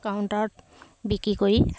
কাউণ্টাৰত বিকি কৰি